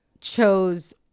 chose